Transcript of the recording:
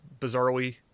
bizarrely